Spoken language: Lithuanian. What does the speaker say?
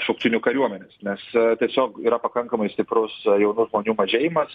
šauktinių kariuomenės nes tiesiog yra pakankamai stiprus jaunų žmonių mažėjimas